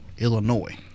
illinois